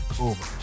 over